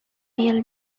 real